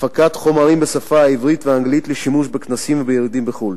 הפקת חומרים בעברית ובאנגלית לשימוש בכנסים ובירידים בחוץ-לארץ,